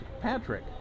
Patrick